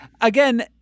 again